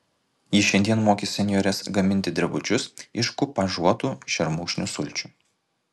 ji šiandien mokys senjores gaminti drebučius iš kupažuotų šermukšnių sulčių